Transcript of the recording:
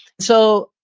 so,